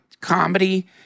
comedy